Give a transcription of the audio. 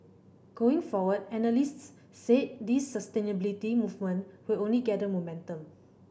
going forward analysts said this sustainability movement will only gather momentum